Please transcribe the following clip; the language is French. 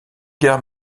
gare